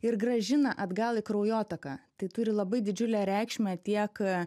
ir grąžina atgal į kraujotaką tai turi labai didžiulę reikšmę tiek